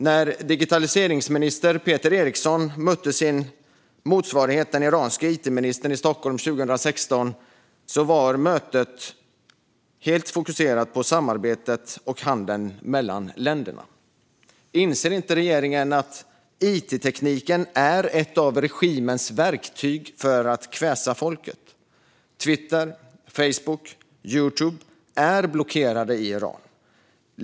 När digitaliseringsminister Peter Eriksson mötte sin motsvarighet, den iranske it-ministern, i Stockholm 2016 var mötet helt fokuserat på samarbetet och handeln mellan länderna. Inser inte regeringen att informationstekniken är ett av regimens verktyg för att kväsa folket? Twitter, Facebook och Youtube är blockerade i Iran.